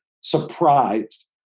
surprised